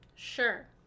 Sure